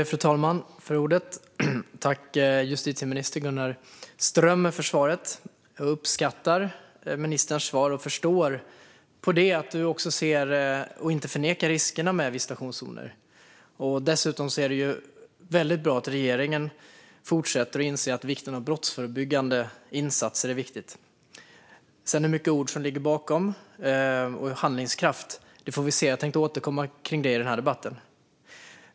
Fru talman! Jag tackar justitieminister Gunnar Strömmer för svaret. Jag uppskattar ministerns svar och förstår av det att ministern ser riskerna med visitationszoner och inte förnekar dem. Dessutom är det väldigt bra att regeringen inser vikten av brottsförebyggande insatser. Hur mycket handlingskraft som sedan ligger bakom orden får vi se; jag tänkte återkomma till det i denna debatt.